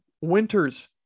winters